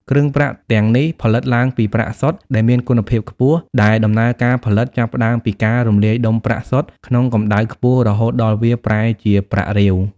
គ្រឿងប្រាក់ទាំងនេះផលិតឡើងពី ប្រាក់សុទ្ធ ដែលមានគុណភាពខ្ពស់ ដែលដំណើរការផលិតចាប់ផ្ដើមពី ការរំលាយដុំប្រាក់សុទ្ធ ក្នុងកម្ដៅខ្ពស់រហូតដល់វាប្រែជាប្រាក់រាវ។